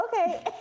okay